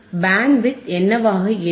bandwidth என்னவாக இருக்கும்